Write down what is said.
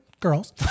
girls